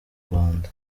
rwanda